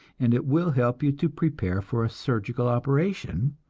and it will help you to prepare for a surgical operation,